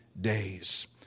days